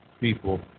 people